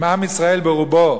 אם עם ישראל ברובו,